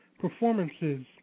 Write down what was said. performances